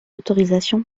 autorisation